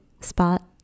spot